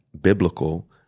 biblical